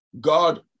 God